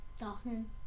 Dolphin